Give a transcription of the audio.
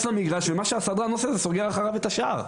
למגרש ומה שהסדרן עושה זה סוגר אחריו את השער.